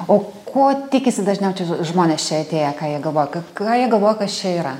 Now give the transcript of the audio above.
o ko tikisi dažniaučia žmonės čia atėję ką jie galvoja k ką jie galvoja kas čia yra